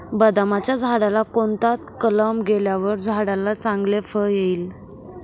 बदामाच्या झाडाला कोणता कलम केल्यावर झाडाला चांगले फळ येईल?